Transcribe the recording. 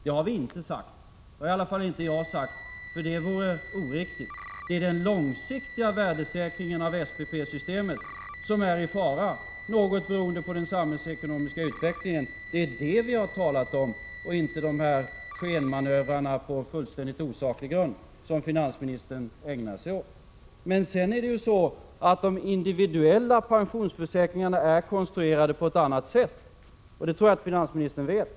Det har vi inte sagt, det har i alla 73 fallinte jag sagt — det vore oriktigt. Det är den långsiktiga värdesäkringen av SPP-systemet som är i fara, något beroende på den samhällsekonomiska utvecklingen. Det är detta vi har talat om och inte om de skenmanövrer på fullständigt osaklig grund som finansministern ägnar sig åt. De individuella pensionsförsäkringarna är emellertid konstruerade på ett annat sätt, och det tror jag att finansministern vet.